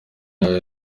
yawe